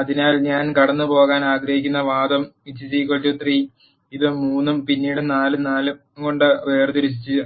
അതിനാൽ ഞാൻ കടന്നുപോകാൻ ആഗ്രഹിക്കുന്ന വാദം 3 ഇത് 3 ഉം പിന്നീട് 4 4 ഉം കൊണ്ട് വേർതിരിച്ച